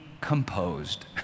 composed